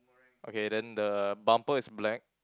okay then the bumper is black